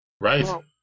Right